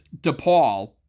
DePaul